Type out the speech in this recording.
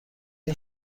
این